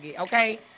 okay